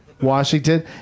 Washington